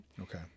Okay